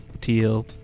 teal